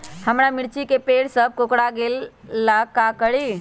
हमारा मिर्ची के पेड़ सब कोकरा गेल का करी?